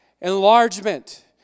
Enlargement